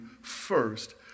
first